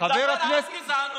דבר על גזענות,